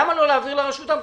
למה לא להעביר לרשות המקומית?